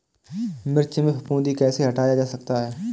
मिर्च में फफूंदी कैसे हटाया जा सकता है?